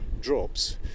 drops